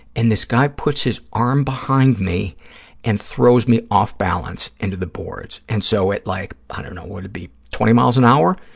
and this guy puts his arm behind me and throws me off balance into the boards and so at like, i don't know, what would it be, twenty miles an hour,